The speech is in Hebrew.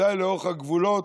ודאי לאורך הגבולות,